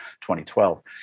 2012